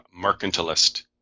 mercantilist